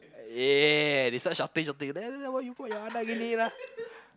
yeah they start shouting shouting why you put anak ginilah